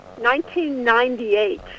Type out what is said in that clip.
1998